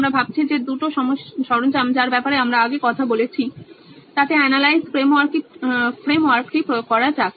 আমি ভাবছি যে দুটি সরঞ্জাম যার ব্যাপারে আমরা আগে কথা বলেছি তাতে অ্যানালাইস ফ্রেমওয়ার্কটি প্রয়োগ করা যাক